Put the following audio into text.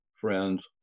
friend's